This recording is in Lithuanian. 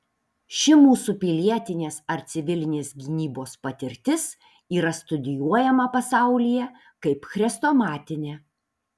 ši mūsų pilietinės ar civilinės gynybos patirtis yra studijuojama pasaulyje kaip chrestomatinė